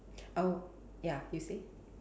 oh ya you say